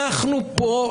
אנחנו פה,